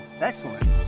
Excellent